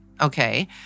Okay